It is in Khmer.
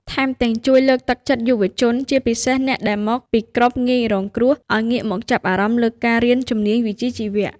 ថែមទាំងជួយលើកទឹកចិត្តយុវជន ជាពិសេសអ្នកដែលមកពីក្រុមងាយរងគ្រោះ ឱ្យងាកមកចាប់អារម្មណ៍លើការរៀនជំនាញវិជ្ជាជីវៈ។